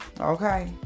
Okay